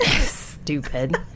Stupid